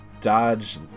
dodge